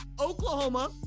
Oklahoma